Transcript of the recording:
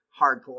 hardcore